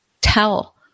tell